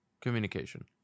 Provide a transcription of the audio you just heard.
communication